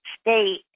state